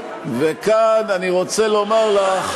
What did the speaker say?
וכאן אני רוצה לומר לך,